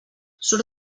surt